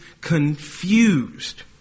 confused